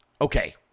Okay